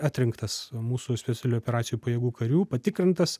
atrinktas mūsų specialiųjų operacijų pajėgų karių patikrintas